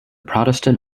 protestant